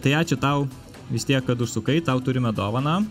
tai ačiū tau vis tiek kad užsukai tau turime dovaną